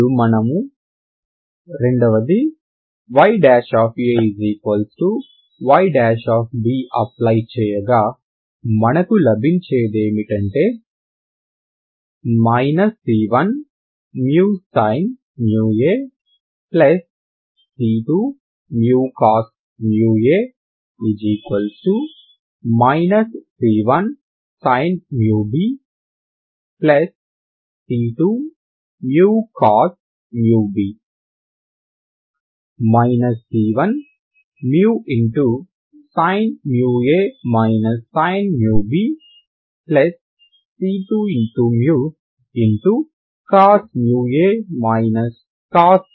ఇప్పుడు మనము ii y y apply చేయగా మనకు లభించేదేమిటంటే c1sin ac2cos μ a c1sin μb c2cos μ b c1sin a sin bc2cos a cos b0